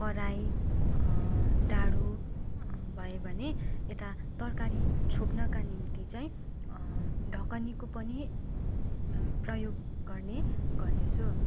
कराही डाडु भयो भने यता तरकारी छोप्नका निम्ति चाहिँ ढकनीको पनि प्रयोग गर्ने गर्दछु